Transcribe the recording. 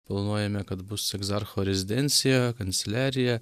planuojame kad bus egzarcho rezidencija kanceliarija